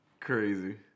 Crazy